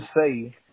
say